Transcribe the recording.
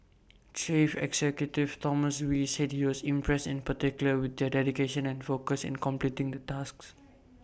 chief executive Thomas wee said he was impressed in particular with their dedication and focus in completing the tasks